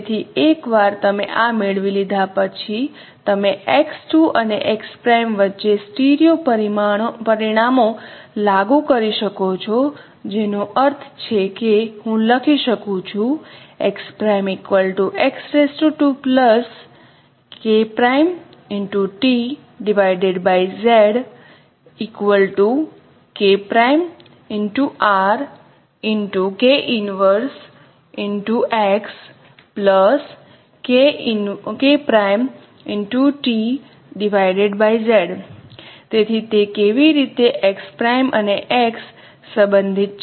તેથી એકવાર તમે આ મેળવી લીધા પછી તમે x2 અને x' વચ્ચે સ્ટીરિઓ પરિણામો લાગુ કરી શકો છો જેનો અર્થ છે કે હું લખી શકું છું તેથી તે કેવી રીતે x' અને x સંબંધિત છે